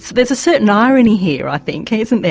there's a certain irony here i think, isn't there,